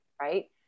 right